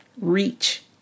reach